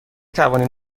توانیم